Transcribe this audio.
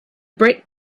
brick